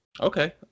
Okay